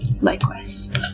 Likewise